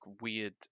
weird